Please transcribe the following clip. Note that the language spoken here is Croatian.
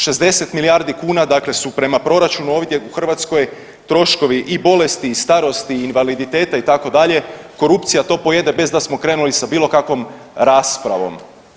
60 milijardi kuna dakle su prema proračunu ovdje u Hrvatskoj troškovi i bolesti i starosti, invaliditeta itd., korupcija to pojede bez da smo krenuli sa bilo kakvom raspravom.